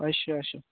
अच्छा अच्छा